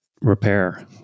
repair